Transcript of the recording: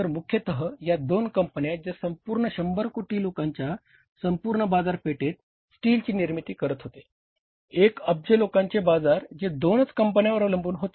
तर मुख्यत या दोन कंपन्या ज्या संपूर्ण शंभर कोटी लोकांच्या संपूर्ण बाजारात स्टीलची निर्मिती करीत होते 1 अब्ज लोकांचे बाजार जे दोनच कंपन्यांवर अवलंबून होते